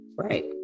right